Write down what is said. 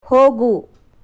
ಹೋಗು